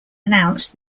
announced